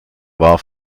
war